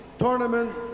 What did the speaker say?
tournament